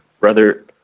Brother